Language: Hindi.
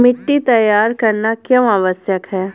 मिट्टी तैयार करना क्यों आवश्यक है?